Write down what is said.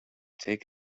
take